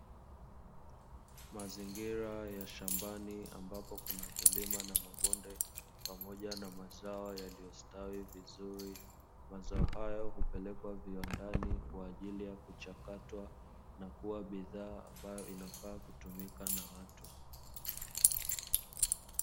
Mazingira ya shambani, ambapo kuna vilima na mabonde pamoja na mazao yaliyostawi vizuri. Mazao hayo hupelekwa viwandani kwa ajili kuchakatwa na kuwa bidhaa ambayo inafaa kutumika na watu.